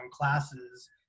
classes